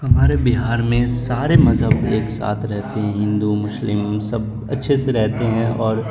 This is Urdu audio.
ہمارے بہار میں سارے مذہب ایک ساتھ رہتے ہیں ہندو مسلم سب اچھے سے رہتے ہیں اور